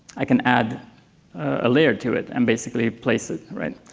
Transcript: i can add a layer to it, and basically place it, right?